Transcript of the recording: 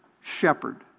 shepherd